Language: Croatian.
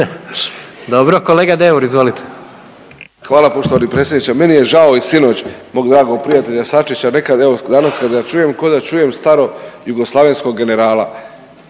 Dobro. Kolega Deur, izvolite. **Deur, Ante (HDZ)** Hvala poštovani predsjedniče. Meni je žao i sinoć mog dragog prijatelja Sačića. Nekad evo danas kad ga čujem ko da čujem starog jugoslavenskog generala.